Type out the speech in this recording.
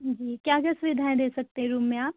जी क्या क्या सुविधाएं दे सकते हैं रूम में आप